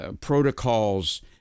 protocols